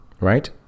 right